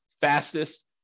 fastest